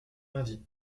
lundi